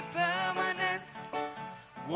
permanent